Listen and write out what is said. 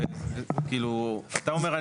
אתה אומר,